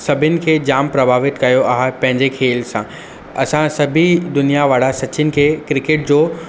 सभिनि खे जाम प्रभावित कयो आहे पंहिंजे खेल सां असां सभई दुनियां वारा सचिन खे क्रिकेट जो